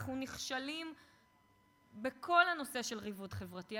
אנחנו נכשלים בכל הנושא של ריבוד חברתי,